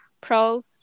pros